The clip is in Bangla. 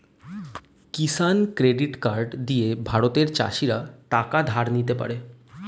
কিষান ক্রেডিট কার্ড দিয়ে ভারতের চাষীরা টাকা ধার নিতে পারে